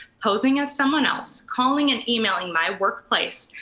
posing as someone else calling and emailing my workplace,